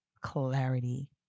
clarity